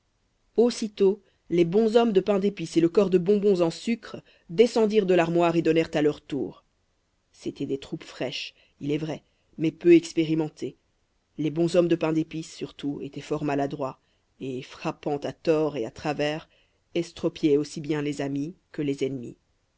aussitôt les bonshommes de pain d'épice et le corps de bonbons en sucre descendirent de l'armoire et donnèrent à leur tour c'était des troupes fraîches il est vrai mais peu expérimentées les bonshommes de pain d'épice surtout étaient fort maladroits et frappant à tort et à travers estropiaient aussi bien les amis que les ennemis